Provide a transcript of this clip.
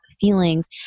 feelings